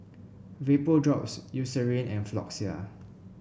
Vapodrops Eucerin and Floxia